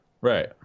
Right